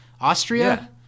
Austria